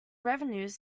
revenues